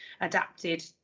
adapted